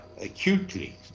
acutely